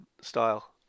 style